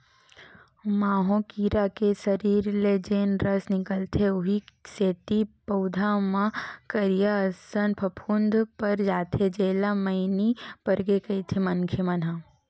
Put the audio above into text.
माहो कीरा के सरीर ले जेन रस निकलथे उहीं सेती पउधा म करिया असन फफूंद पर जाथे जेला मइनी परगे कहिथे मनखे मन ह